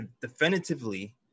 definitively